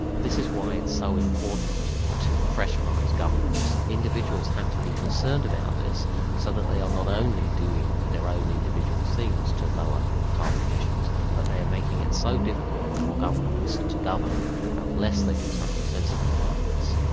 this is why it's so important to pressurise governments. individuals have to be concerned about this so that they are not only doing their own individual things to lower carbon emissions but they are making it so difficult for governments to govern unless they do something sensible about this.